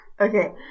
Okay